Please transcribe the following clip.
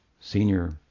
senior